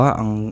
ang